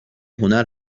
هنر